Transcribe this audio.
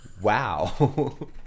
Wow